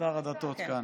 שר הדתות כאן.